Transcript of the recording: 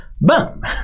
Boom